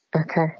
Okay